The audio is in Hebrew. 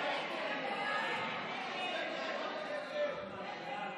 כהצעת הוועדה,